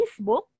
Facebook